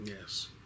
Yes